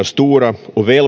stora